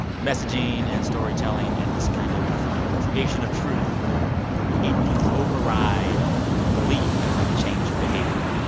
messaging and storytelling and this kind of creation of truth it can override belief and, like, change behavior.